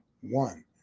one